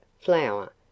flour